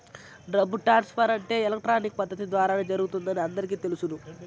డబ్బు ట్రాన్స్ఫర్ అంటే ఎలక్ట్రానిక్ పద్దతి ద్వారానే జరుగుతుందని అందరికీ తెలుసును